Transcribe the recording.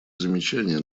замечания